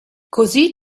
così